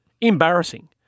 Embarrassing